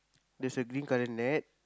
there's a green colour net